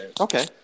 Okay